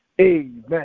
Amen